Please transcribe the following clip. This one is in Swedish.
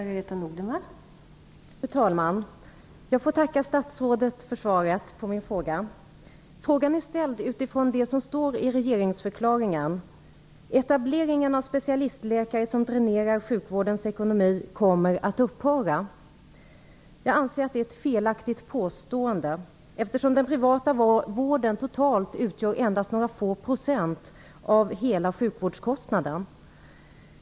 Fru talman! Jag får tacka statsrådet för svaret på min fråga. Frågan är ställd utifrån det som står i regeringsförklaringen om att "etableringen av specialistläkare, som dränerar sjukvårdens ekonomi, kommer att upphöra". Jag anser att det är ett felaktigt påstående, eftersom den privata vården totalt utgör endast några få procent av hela sjukvårdskostnaden.